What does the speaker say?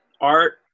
art